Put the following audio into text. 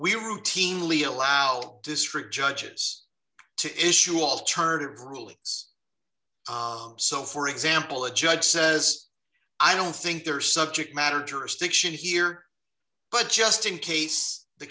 we routinely allow district judges to issue alternative rulings so for example a judge says i don't think there are subject matter jurisdiction here but just in case the